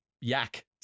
yak